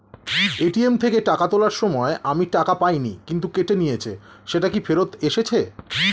ATM থেকে টাকা তোলার সময় আমি টাকা পাইনি কিন্তু কেটে নিয়েছে সেটা কি ফেরত এসেছে?